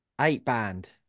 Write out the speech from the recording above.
eight-band